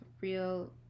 real